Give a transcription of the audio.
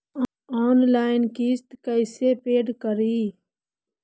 Online किस्त कैसे paid करि?